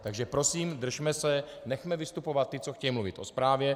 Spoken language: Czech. Takže prosím, držme se, nechme vystupovat ty, co chtějí mluvit o zprávě.